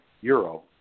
euro